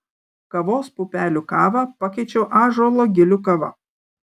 kavos pupelių kavą pakeičiau ąžuolo gilių kava